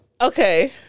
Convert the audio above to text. Okay